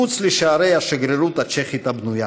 מחוץ לשערי השגרירות הצ'כית הבנויה.